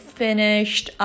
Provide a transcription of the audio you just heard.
finished